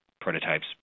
prototypes